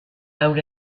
out